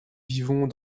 vivons